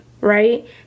right